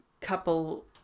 couple